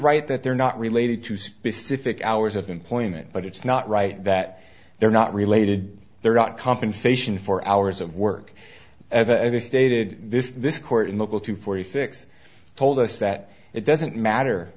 that they're not related to specific hours of employment but it's not right that they're not related they're not compensation for hours of work as i stated this this court in the bill two forty six told us that it doesn't matter